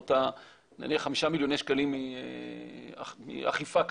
בסביבות ה-5 מיליוני שקלים לאכיפה כזאת.